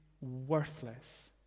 worthless